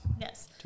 yes